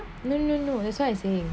no no no that's why I say oh